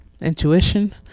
intuition